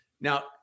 Now